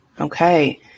okay